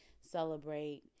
celebrate